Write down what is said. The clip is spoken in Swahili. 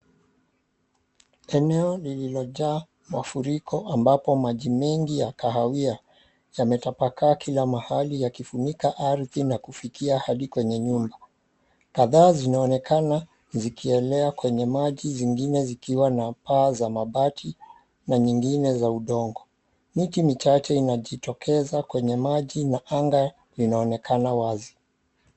Eneo lililojaa mafuriko ambapo maji mengi ya kahawia, yametapakaa kila mahali yakifunika ardhi na kufikia hadi kwenye nyumba. Kadhaa zinaonekana zikielea kwenye maji zingine zikiwa na paa za mabati na nyingine za udongo. Miti michache inajitokeza kwenye maji na anga linaonekana wazi.